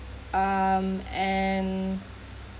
ah um and